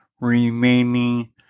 remaining